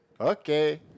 Okay